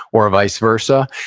or vice versa,